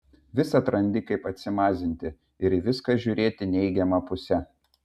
visad randi kaip atsimazinti ir į viską žiūrėti neigiama puse